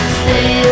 stay